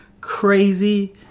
Crazy